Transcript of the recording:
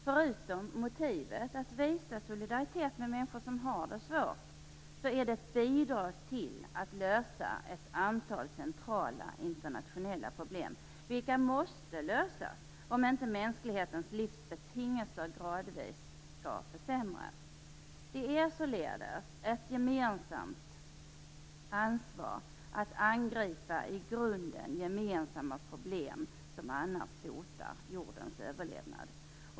Förutom att det visar solidaritet med människor som har det svårt är det ett bidrag till lösningen av ett antal centrala internationella problem, som måste lösas om inte mänsklighetens livsbetingelser gradvis skall försämras. Det är således ett gemensamt ansvar att i grunden angripa gemensamma problem som annars hotar jordens överlevnad.